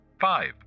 five